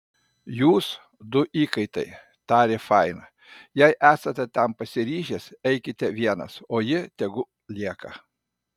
jūs du įkaitai tarė fain jei esate tam pasiryžęs eikite vienas o ji tegu lieka